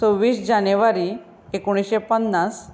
सव्वीस जानेवारी एकोणिश्शे पन्नास